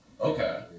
Okay